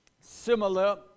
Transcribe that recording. similar